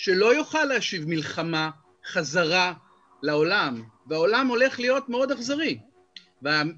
שלא יוכל להשיב מלחמה חזרה לעולם והעולם הולך להיות מאוד אכזרי והמגזר